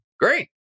great